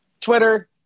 Twitter